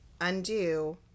undo